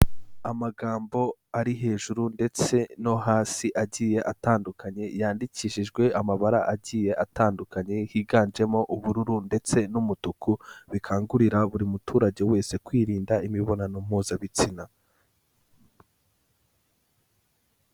Amagambo ari hejuru ndetse no hasi agiye atandukanye, yandikishijwe amabara agiye atandukanye yiganjemo ubururu ndetse n'umutuku, bikangurira buri muturage wese kwirinda imibonano mpuzabitsina.